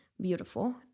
beautiful